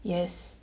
yes